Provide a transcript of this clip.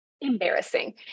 embarrassing